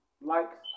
likes